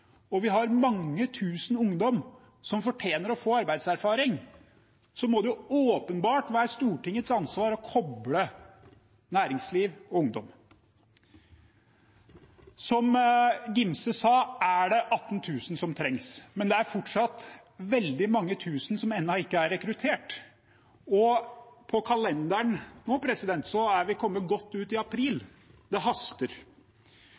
og vi har mange tusen ungdommer som fortjener å få arbeidserfaring, må det åpenbart være Stortingets ansvar å kople næringsliv og ungdom. Som Angell Gimse sa, er det 18 000 som trengs, men det er fortsatt veldig mange tusen som ennå ikke er rekruttert. På kalenderen er vi nå kommet godt ut i april. Det haster.